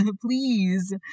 please